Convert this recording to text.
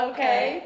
Okay